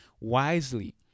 wisely